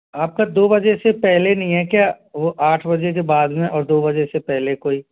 आपका दो बजे से पेहले नहीं है क्या वो आठ बजे के बाद में और दो बजे से पहले कोई